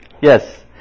Yes